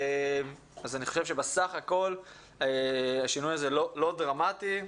אני חושב שבסך הכול השינוי הזה לא דרמטי.